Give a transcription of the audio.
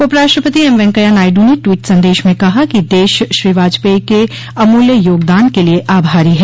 उपराष्ट्रपति एम वेंकैया नायडू ने ट्वीट संदेश में कहा कि देश श्री वाजपेयी के अमूल्य योगदान के लिए आभारी है